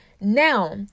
now